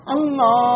Allah